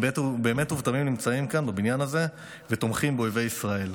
הם באמת ובתמים נמצאים כאן בבניין הזה ותומכים באויבי ישראל.